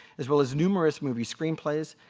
as well as numerous movie screenplays,